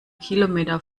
kilometer